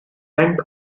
went